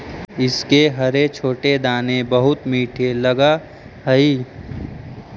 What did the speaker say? इसके हरे छोटे दाने बहुत मीठे लगअ हई